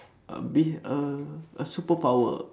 a a a superpower